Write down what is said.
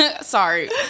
Sorry